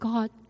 God